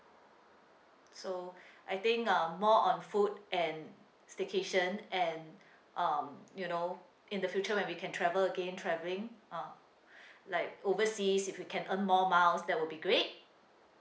so I think uh more on food and staycation and um you know in the future when we can travel again travelling uh like overseas if we can earn more miles that will be great